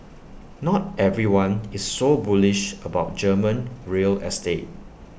not everyone is so bullish about German real estate